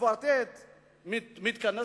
הקוורטט מתכנס,